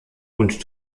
und